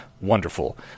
wonderful